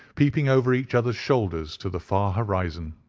peeping over each other's shoulders to the far horizon.